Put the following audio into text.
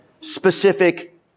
specific